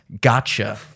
gotcha